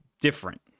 different